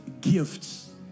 gifts